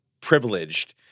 privileged